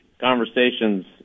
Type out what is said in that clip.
conversations